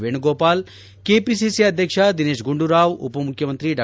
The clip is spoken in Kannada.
ವೇಣುಗೋಪಾಲ್ ಕೆಪಿಸಿಸಿ ಅಧ್ಯಕ್ಷ ದಿನೇತ್ ಗುಂಡೂರಾವ್ ಉಪಮುಖ್ಚಮಂತ್ರಿ ಡಾ